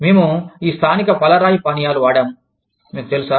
మేము ఈ స్థానిక పాలరాయి పానీయాలు వాడాము మీకు తెలుసా